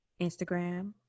Instagram